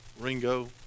Ringo